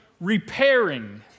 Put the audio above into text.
repairing